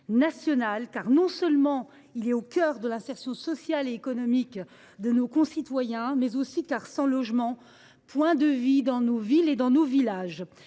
nationale, car il est au cœur de l’insertion sociale et économique de nos concitoyens. Sans logement, point de vie dans nos villes et dans nos villages